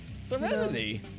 Serenity